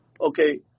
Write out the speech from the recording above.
okay